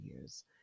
years